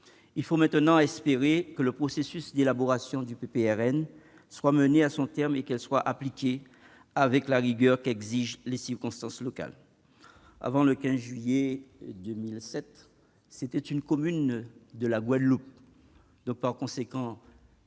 Il faut maintenant espérer que le processus d'élaboration du PPRN soit mené à son terme et qu'il soit appliqué avec la rigueur qu'exigent les circonstances locales. Avant le 15 juillet 2007, Saint-Martin était une commune de la Guadeloupe. La solidarité